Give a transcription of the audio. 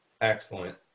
excellent